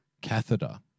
Catheter